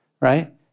right